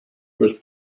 was